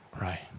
right